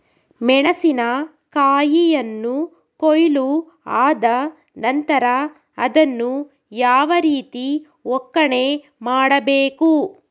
ಮೆಣಸಿನ ಕಾಯಿಯನ್ನು ಕೊಯ್ಲು ಆದ ನಂತರ ಅದನ್ನು ಯಾವ ರೀತಿ ಒಕ್ಕಣೆ ಮಾಡಬೇಕು?